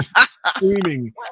screaming